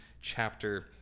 chapter